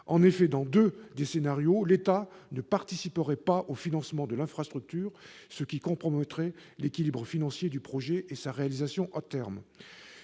En effet, dans deux d'entre eux, l'État ne participerait pas au financement de l'infrastructure, ce qui compromettrait l'équilibre financier du projet et sa réalisation à terme.